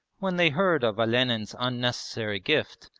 when they heard of olenin's unnecessary gift,